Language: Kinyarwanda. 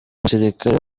musirikare